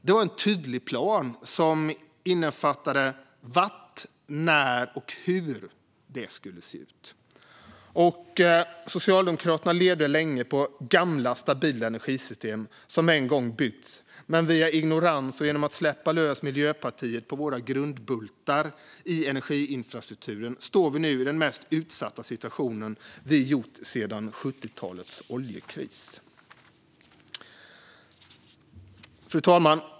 Det var en tydlig plan som innefattade var, när och hur det skulle se ut. Socialdemokraterna levde länge på gamla, stabila energisystem som en gång byggts. Men via ignorans och genom att släppa lös Miljöpartiet i fråga om våra grundbultar i energiinfrastrukturen står vi nu i den mest utsatta situationen sedan 70-talets oljekris. Fru talman!